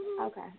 Okay